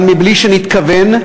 אבל מבלי שנתכוון,